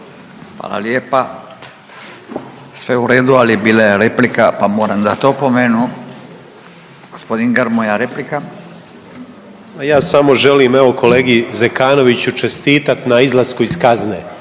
Hvala lijepa, sve u redu ali bila je replika pa moram dati opomenu. Gospodin Grmoja, replika. **Grmoja, Nikola (MOST)** Pa ja samo želim evo kolegi Zekanoviću čestitat na izlasku iz kazne.